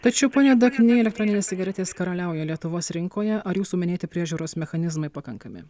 tačiau pone dakny elektroninės cigaretės karaliauja lietuvos rinkoje ar jūsų minėti priežiūros mechanizmai pakankami